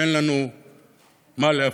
אין לנו מה להפסיד.